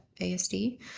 ASD